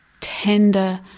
Tender